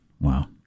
Wow